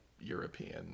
european